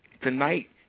Tonight